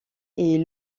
est